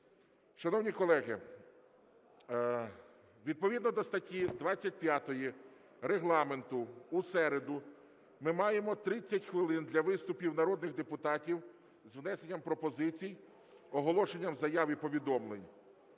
Шановні колеги, відповідно до статті 25 Регламенту в середу ми маємо 30 хвилин для виступів народних депутатів з внесенням пропозицій, оголошенням заяв і повідомлень.